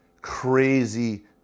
crazy